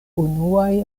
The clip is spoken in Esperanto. unuaj